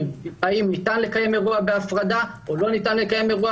האם ניתן לקיים אירוע בהפרדה או לא --- לא.